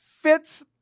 fits